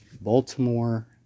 Baltimore